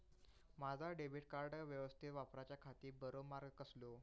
माजा debit card यवस्तीत वापराच्याखाती बरो मार्ग कसलो?